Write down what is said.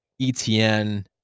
etn